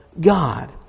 God